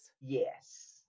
Yes